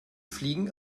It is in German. fliegen